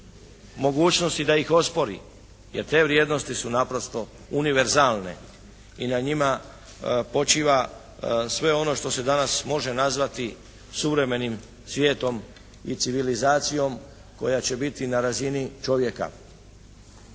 mogućnosti da ih ospori jer te vrijednosti su naprosto univerzalne i na njima počiva sve ono što se danas može nazvati suvremenim svijetom i civilizacijom koja će biti na razini čovjeka.